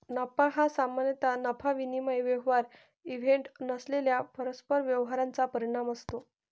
नफा हा सामान्यतः नफा विनिमय व्यवहार इव्हेंट नसलेल्या परस्पर व्यवहारांचा परिणाम असतो